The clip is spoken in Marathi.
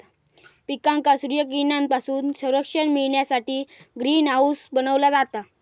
पिकांका सूर्यकिरणांपासून संरक्षण मिळण्यासाठी ग्रीन हाऊस बनवला जाता